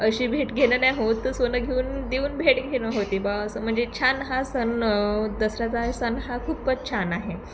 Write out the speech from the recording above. अशी भेट घेणं नाही होत तर सोनं घेऊन देऊन भेट घेणं होते बा असं म्हणजे छान हा सण दसऱ्याचा सण हा खूपच छान आहे